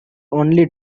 only